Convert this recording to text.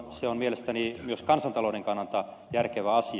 se on mielestäni myös kansantalouden kannalta järkevä asia